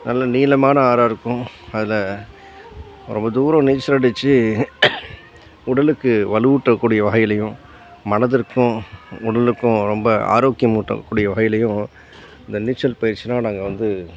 நல்ல நீளமான ஆறாக இருக்கும் அதில் ரொம்ப தூரம் நீச்சல் அடிச்சு உடலுக்கு வலுவூட்டக்கூடிய வகையிலயும் மனதிற்கும் உடலுக்கும் ரொம்ப ஆரோக்கியம் ஊட்டக்கூடிய வகையிலயும் அந்த நீச்சல் பயிற்சினால் நாங்கள் வந்து